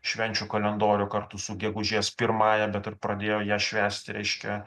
švenčių kalendorių kartu su gegužės pirmąja bet ir pradėjo ją švęsti reiškia